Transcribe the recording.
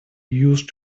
used